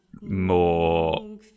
more